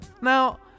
Now